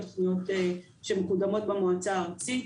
תוכניות שמקודמות במועצה הארצית,